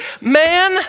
Man